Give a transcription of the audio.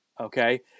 Okay